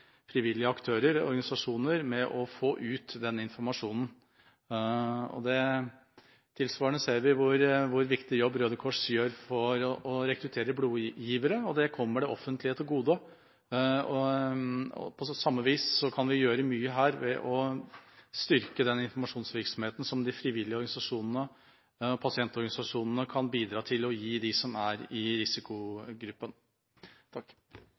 frivillige aktører og organisasjoner med å få ut informasjon. Tilsvarende ser vi hvor viktig jobben Røde Kors gjør for å rekruttere blodgivere er, og det kommer det offentlige til gode. På samme vis kan vi gjøre mye her ved å styrke den informasjonsvirksomheten som de frivillige organisasjonene og pasientorganisasjonene bidrar med til dem som er i